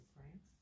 France